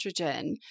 estrogen